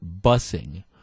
busing